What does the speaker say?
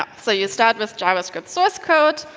ah so you start with javascript source code,